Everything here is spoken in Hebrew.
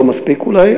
לא מספיק אולי,